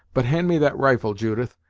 but hand me that rifle, judith,